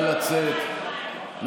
נא להוציא אותו